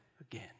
again